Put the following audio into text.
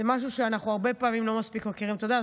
זה משהו שאנחנו הרבה פעמים לא מספיק מכירים תודה.